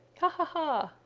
ha! ha! ha!